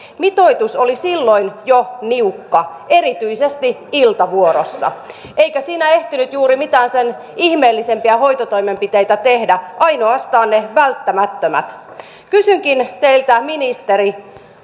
mitoitus oli silloin jo niukka erityisesti iltavuorossa eikä siinä ehtinyt juuri mitään sen ihmeellisempiä hoitotoimenpiteitä tehdä ainoastaan ne välttämättömät kysynkin teiltä ministeri